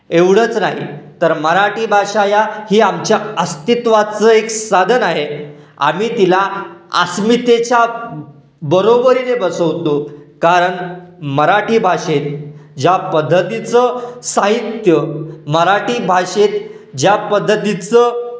एवढंच नाही तर मराठी भाषा या ही आमच्या अस्तित्वाचं एक साधन आहे आम्ही तिला अस्मितेच्या बरोबरीने बसवतो कारण मराठी भाषेत ज्या पद्धतीचं साहित्य मराठी भाषेत ज्या पद्धतीचं